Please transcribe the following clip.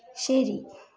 ശരി